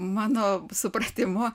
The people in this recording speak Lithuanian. mano supratimu